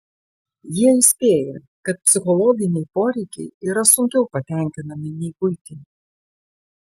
jie įspėja kad psichologiniai poreikiai yra sunkiau patenkinami nei buitiniai